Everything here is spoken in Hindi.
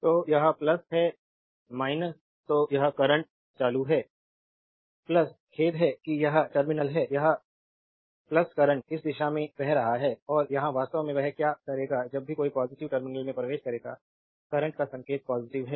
तो यह यह है तो यह करंट चालू है खेद है कि यह टर्मिनल है करंट इस दिशा से बह रहा है और यहां वास्तव में वह क्या करेगा जब भी कोई पॉजिटिव टर्मिनल में प्रवेश करेगा करंट का संकेत पॉजिटिव है